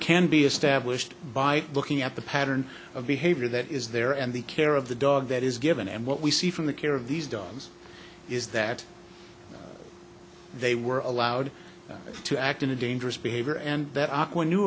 can be established by looking at the pattern of behavior that is there and the care of the dog that is given and what we see from the care of these dogs is that they were allowed to act in a dangerous behavior and that aqua knew